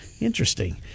Interesting